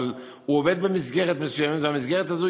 אבל הוא עובד במסגרת מסוימת והמסגרת הזו